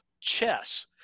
chess